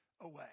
away